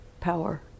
power